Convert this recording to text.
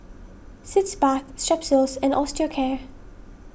Sitz Bath Strepsils and Osteocare